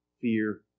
fear